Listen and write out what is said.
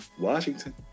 Washington